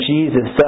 Jesus